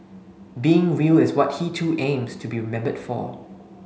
being real is what he too aims to be remembered for